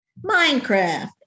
Minecraft